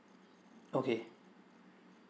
okay